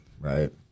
right